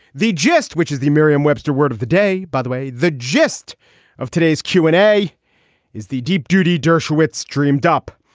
the gist, which is the merriam-webster word of the day, by the way, the gist of today's q and a is the deep doodie dershowitz dreamed up.